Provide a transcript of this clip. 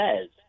says